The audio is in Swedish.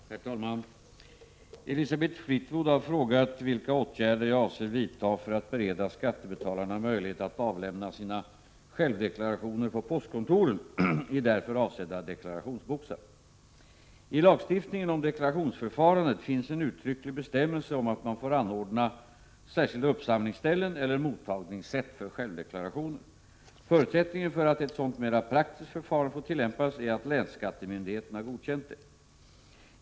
Herr talman! Elisabeth Fleetwood har frågat vilka åtgärder jag avser vidta för att bereda skattebetalarna möjlighet att avlämna sina självdeklarationer på postkontoren i därför avsedda deklarationsboxar. Tlagstiftningen om deklarationsförfarandet finns en uttrycklig bestämmelse om att man får anordna särskilda uppsamlingsställen eller mottagningssätt för självdeklarationer. Förutsättningen för att ett sådant mera praktiskt förfarande får tillämpas är att länsskattemyndigheten har godkänt det.